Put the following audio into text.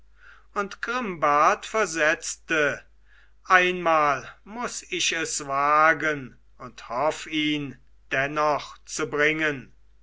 und grimbart versetzte einmal muß ich es wagen und hoff ihn dennoch zu bringen